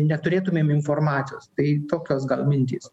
neturėtumėm informacijos tai tokios gal mintys